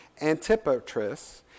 Antipatris